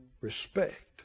Respect